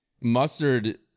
mustard